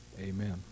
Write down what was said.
amen